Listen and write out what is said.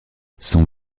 son